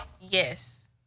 Yes